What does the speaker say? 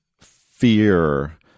fear